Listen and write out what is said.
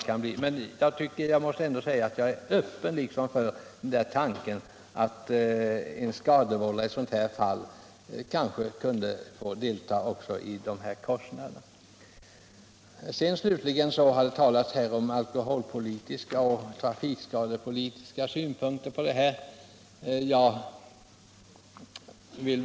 Men jag vill säga att jag är öppen för tanken att en skadevållande också kan få delta i kostnaderna. Här har framförts alkoholpolitiska och trafikskadepolitiska synpunkter på denna fråga.